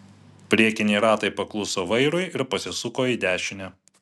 priekiniai ratai pakluso vairui ir pasisuko į dešinę